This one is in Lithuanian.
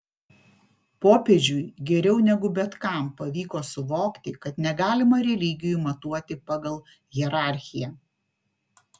popiežiui geriau negu bet kam pavyko suvokti kad negalima religijų matuoti pagal hierarchiją